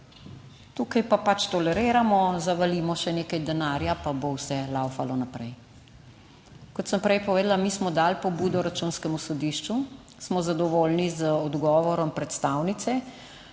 tukaj pa pač toleriramo, zavalimo še nekaj denarja, pa bo vse laufalo naprej. Kot sem prej povedala, mi smo dali pobudo Računskemu sodišču, smo zadovoljni z odgovorom predstavnice,